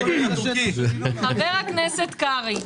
חבר הכנסת קרעי,